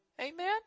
Amen